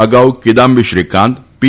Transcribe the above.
અગાઉ કિદામ્બી શ્રીકાંત પી